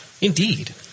Indeed